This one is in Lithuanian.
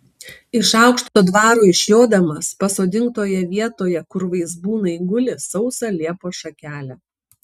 iš aukšto dvaro išjodamas pasodink toje vietoje kur vaizbūnai guli sausą liepos šakelę